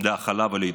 להכלה ולהידברות.